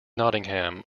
nottingham